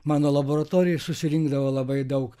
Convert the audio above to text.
mano laboratorijoj susirinkdavo labai daug